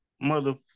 mother